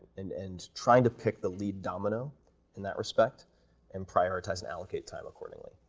and and trying to pick the lead domino in that respect and prioritize and allocate time accordingly,